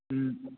ہوں